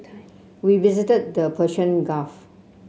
we visited the Persian Gulf